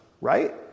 right